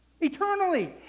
eternally